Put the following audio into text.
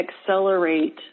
accelerate